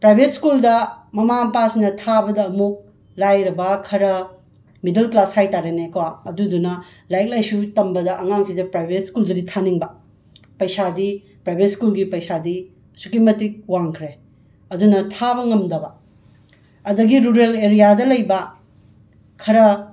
private ꯁ꯭ꯀꯨꯜꯗ ꯃꯃꯥ ꯃꯄꯥꯁꯤꯅ ꯊꯥꯕꯗ ꯑꯃꯨꯛ ꯂꯥꯏꯔꯕ ꯈꯔ ꯃꯤꯗꯜ ꯀ꯭ꯂꯥꯁ ꯍꯥꯏꯇꯥꯔꯦꯅꯦꯀꯣ ꯑꯗꯨꯗꯨꯅ ꯂꯥꯏꯔꯤꯛ ꯂꯥꯏꯁꯨ ꯇꯝꯕꯗ ꯑꯉꯥꯡꯁꯤꯗ ꯄ꯭ꯔꯥꯏꯕꯦꯠ ꯁ꯭ꯀꯨꯜꯗꯗꯤ ꯊꯥꯅꯤꯡꯕ ꯄꯩꯁꯥꯗꯤ ꯄ꯭ꯔꯥꯏꯕꯦꯠ ꯁ꯭ꯀꯨꯜꯒꯤ ꯄꯩꯁꯥꯗꯤ ꯑꯁꯨꯛꯀꯤ ꯃꯇꯤꯛ ꯋꯥꯡꯈ꯭ꯔꯦ ꯑꯗꯨꯅ ꯊꯥꯕ ꯉꯝꯗꯕ ꯑꯗꯒꯤ ꯔꯨꯔꯦꯜ ꯑꯦꯔꯤꯌꯥꯗ ꯂꯩꯕ ꯈꯔ